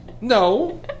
No